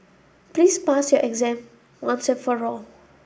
please pass your exam once and for all